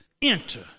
Enter